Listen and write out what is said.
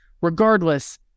regardless